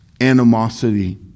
animosity